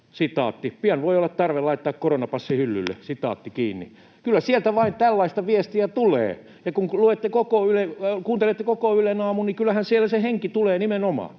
Tervahauta: ”Pian voi olla tarve laittaa koronapassi hyllylle.” Kyllä sieltä vain tällaista viestiä tulee. Ja kun kuuntelette koko Ylen aamun, niin kyllähän sieltä se henki nimenomaan